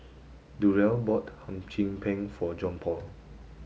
Durell bought Hum Chim Peng for Johnpaul